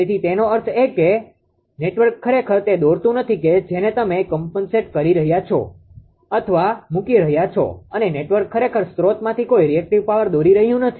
તેથી તેનો અર્થ એ કે નેટવર્ક ખરેખર તે દોરતું નથી કે જેને તમે કોમ્પનસેટ કરી રહ્યા છો અથવા મૂકી રહ્યા છો અને નેટવર્ક ખરેખર સ્રોતમાંથી કોઈ રીએક્ટીવ પાવર દોરી રહ્યું નથી